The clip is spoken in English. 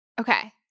Okay